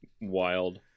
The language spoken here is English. Wild